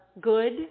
Good